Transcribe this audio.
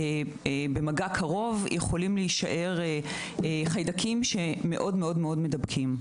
סגור ויכולים להישאר בקרבת חיידקים מאוד מדבקים.